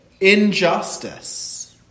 injustice